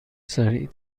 سریع